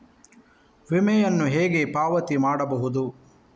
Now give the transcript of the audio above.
ವಿಮೆಯನ್ನು ಹೇಗೆ ಪಾವತಿ ಮಾಡಬಹುದು?